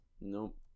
Nope